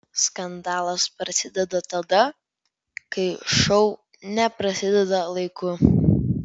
skandalas prasideda tada kai šou neprasideda laiku